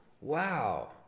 wow